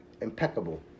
impeccable